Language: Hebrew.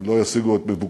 הם לא ישיגו את מבוקשם.